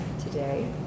today